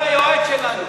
הוא היה יועץ שלנו.